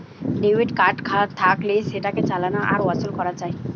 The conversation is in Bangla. ডেবিট কার্ড থাকলে সেটাকে চালানো আর অচল করা যায়